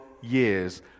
years